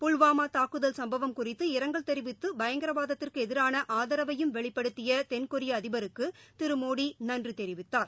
புல்வாமா தாக்குதல் சும்பவம் குறித்து இரங்கல் தெரிவித்து பயங்கரவாதத்திற்கு எதிரான ஆதரவையும் வெளிபடுத்திய தென்கொரிய அதிபருக்கு திரு மோடி நன்றி தெரிவித்தார்